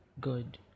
good